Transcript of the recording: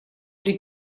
при